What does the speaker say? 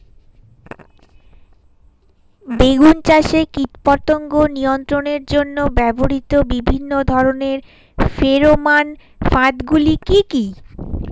বেগুন চাষে কীটপতঙ্গ নিয়ন্ত্রণের জন্য ব্যবহৃত বিভিন্ন ধরনের ফেরোমান ফাঁদ গুলি কি কি?